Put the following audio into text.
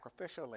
sacrificially